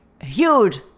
Huge